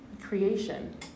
Creation